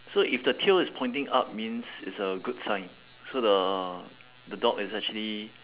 so if the tail is pointing up means it's a good sign so the the dog is actually